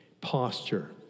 posture